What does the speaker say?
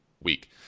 week